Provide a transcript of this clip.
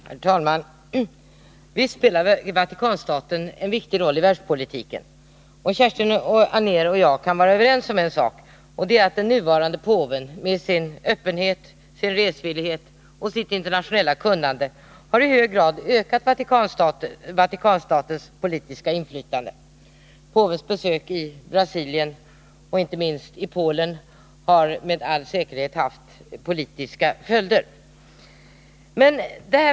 Herr talman! Visst spelar Vatikanstaten en viktig roll i världspolitiken. Kerstin Anér och jag kan vara överens om en sak, och det är att den nuvarande påven med sin öppenhet, sin resvillighet och sitt internationella kunnande i hög grad har ökat Vatikanstatens politiska inflytande. Påvens besök i Brasilien och inte minst i Polen har med all säkerhet haft politiska följder.